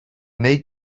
neu